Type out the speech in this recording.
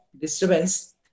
disturbance